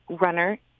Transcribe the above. runner